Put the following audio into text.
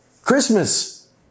Christmas